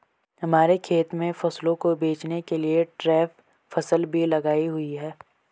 हमारे खेत में फसलों को बचाने के लिए ट्रैप फसल भी लगाई हुई है